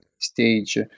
stage